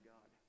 God